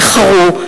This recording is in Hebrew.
איחרו,